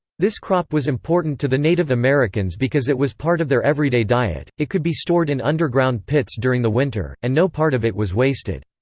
this crop was important to the native americans because it was part of their everyday diet it could be stored in underground pits during the winter, and no part of it was wasted.